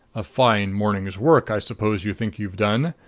a fine morning's work i suppose you think you've done.